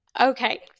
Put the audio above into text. Okay